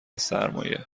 سرمایه